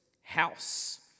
house